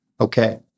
okay